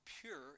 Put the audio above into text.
pure